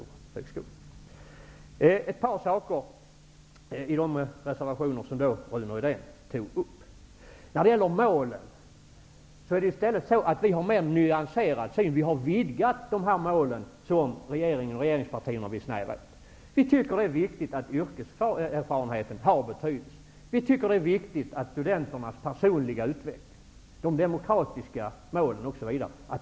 Jag skall nämna ett par saker i de reservationer som Rune Rydén tog upp. När det gäller målen är det så att vi har en mer nyanserad syn. Vi har vidgat de mål som regeringspartierna vill göra snävare. Vi tycker att det är viktigt att yrkeserfarenheten har betydelse. Vi tycker att studenternas personliga utveckling är viktig, liksom de demokratiska målen, osv.